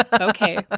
okay